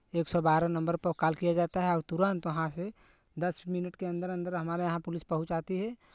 एक सौ बारा नंबर पर कॉल किया जाता है और तुरंत वहाँ से दस मिनट के अंदर अंदर हमारे यहाँ पुलिस पहुँच आती है